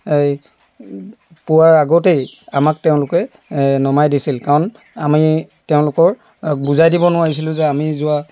পোৱাৰ আগতেই আমাক তেওঁলোকে নমাই দিছিল কাৰণ আমি তেওঁলোকৰ বুজাই দিব নোৱাৰিছিলোঁ যে আমি যোৱা